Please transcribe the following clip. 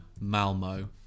Malmo